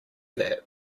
that